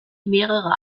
mehrere